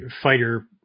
fighter